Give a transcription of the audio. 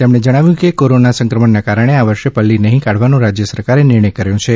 તેમણે જણાવ્યું કે કોરોના સંક્રમણના કારણે આ વર્ષે પલ્લી નહીં કાઢવાનો રાજય સરકારે નિર્ણય કર્યો છે